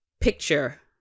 picture